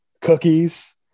cookies